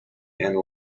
anne